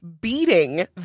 beating